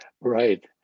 right